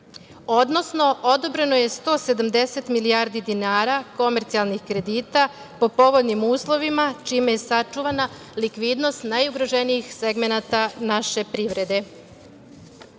odnosno odobreno je 170 milijardi dinara komercijalnih kredita po povoljnim uslovima čime je sačuvana likvidnost najugroženijih segmenata naše privrede. Imajući